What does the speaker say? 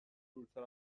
دورتر